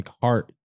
heart